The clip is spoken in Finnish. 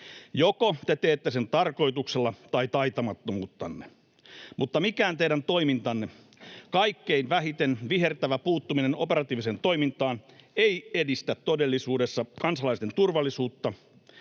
Joko te teette sen tarkoituksella tai taitamattomuuttanne, mutta mikään teidän toimintanne, kaikkein vähiten vihertävä puuttuminen operatiiviseen toimintaan, ei edistä todellisuudessa kansalaisten turvallisuutta